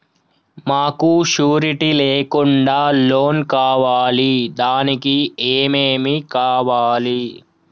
మాకు షూరిటీ లేకుండా లోన్ కావాలి దానికి ఏమేమి కావాలి?